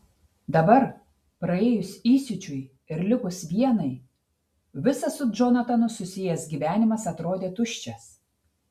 dabar praėjus įsiūčiui ir likus vienai visas su džonatanu susijęs gyvenimas atrodė tuščias